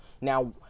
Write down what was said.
Now